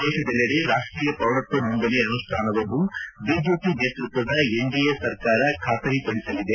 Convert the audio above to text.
ದೇಶದಲ್ಲೆಡೆ ರಾಷ್ಟೀಯ ಪೌರತ್ವ ನೊಂದಣಿ ಅನುಷ್ಟಾನವನ್ನು ಬಿಜೆಪಿ ನೇತೃತ್ವದ ಎನ್ಡಿಎ ಸರ್ಕಾರ ಖಾತರಿಪಡಿಸಲಿದೆ